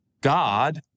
God